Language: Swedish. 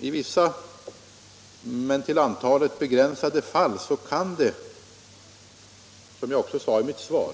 I vissa till antalet begränsade fall kan det, som jag också sade i mitt svar,